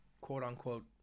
quote-unquote